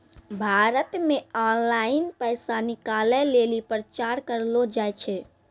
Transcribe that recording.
भारत मे ऑनलाइन पैसा निकालै लेली प्रचार करलो जाय छै